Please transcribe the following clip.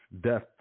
death